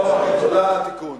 תודה על התיקון.